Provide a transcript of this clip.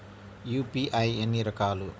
UPI ఎన్ని రకాలు?